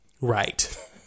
Right